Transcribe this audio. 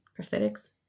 prosthetics